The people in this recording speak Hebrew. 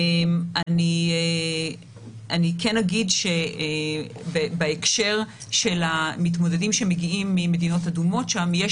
אני כן אגיד שבהקשר של המתמודדים שמגיעים ממדינות אדומות שם יש